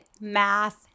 math